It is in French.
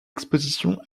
exposition